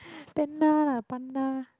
panda lah panda